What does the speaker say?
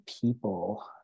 people